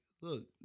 look